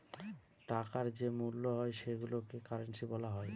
টাকার যে মূল্য হয় সেইগুলোকে কারেন্সি বলা হয়